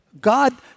God